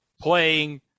playing